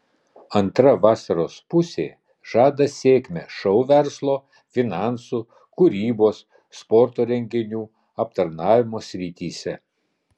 antra vasaros pusė žada sėkmę šou verslo finansų kūrybos sporto renginių aptarnavimo srityse